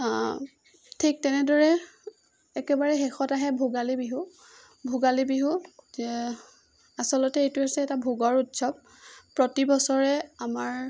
ঠিক তেনেদৰে একেবাৰে শেষত আহে ভোগালী বিহু ভোগালী বিহু আচলতে এইটো হৈছে এটা ভোগৰ উৎসৱ প্ৰতিবছৰে আমাৰ